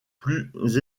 plus